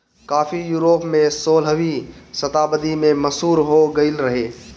काफी यूरोप में सोलहवीं शताब्दी में मशहूर हो गईल रहे